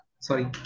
sorry